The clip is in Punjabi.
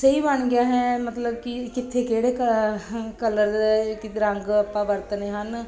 ਸਹੀ ਬਣ ਗਿਆ ਹੈ ਮਤਲਬ ਕਿ ਕਿੱਥੇ ਕਿਹੜੇ ਕ ਹ ਕਲਰ ਕੀ ਰੰਗ ਆਪਾਂ ਵਰਤਣੇ ਹਨ